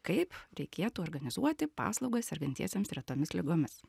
kaip reikėtų organizuoti paslaugas sergantiesiems retomis ligomis